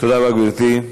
תודה רבה, גברתי.